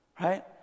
Right